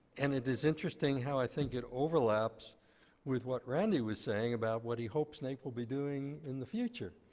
and it is interesting how i think it overlaps with what randy was saying about what he hopes naep will be doing in the future.